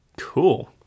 cool